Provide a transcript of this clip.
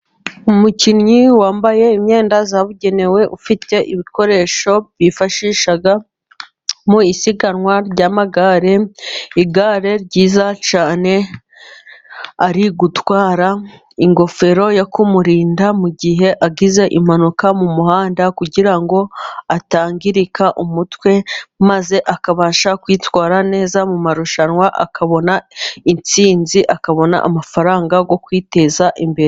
Umukinnyi wambaye imyenda yabugenewe, ufite ibikoresho bifashisha mu isiganwa ry'amagare. Igare ryiza cyane. Ari gutwara. Ingofero yo kumurinda mu gihe agize impanuka mu muhanda, kugira ngo atangirika umutwe, maze akabasha kwitwara neza mu marushanwa, akabona intsinzi, akabona amafaranga yo kwiteza imbere.